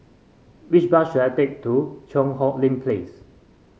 which bus should I take to Cheang Hong Lim Place